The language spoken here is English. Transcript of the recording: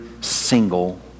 single